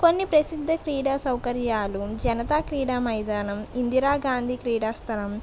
కొన్ని ప్రసిద్ధ క్రీడా సౌకర్యాలు జనతా క్రీడా మైదానం ఇందిరా గాంధీ క్రీడాస్థలం